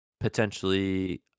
potentially